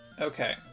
Okay